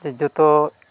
ᱡᱮ ᱡᱚᱛᱚ